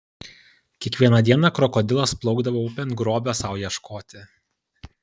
kiekvieną dieną krokodilas plaukdavo upėn grobio sau ieškoti